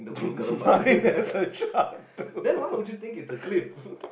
mine has a shark too